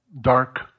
dark